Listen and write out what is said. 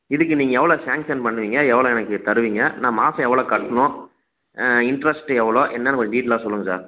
இதுக்கு நீங்கள் எவ்வளோ சேங்ஷன் பண்ணுவீங்க எவ்வளோ எனக்கு எவ்வளோ தருவீங்க நான் மாதம் எவ்வளோ கட்டணும் இன்ட்ரெஸ்ட்டு எவ்வளோ என்னென்னு கொஞ்சம் டீட்டெயிலாக சொல்லுங்க சார்